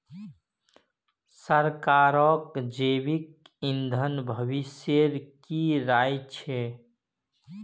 सरकारक जैविक ईंधन भविष्येर की राय छ